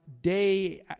day